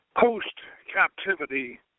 post-captivity